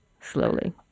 slowly